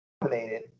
dominated